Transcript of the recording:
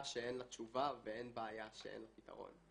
שאין לה תשובה ואין בעיה שאין לה פתרון.